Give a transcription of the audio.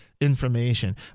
information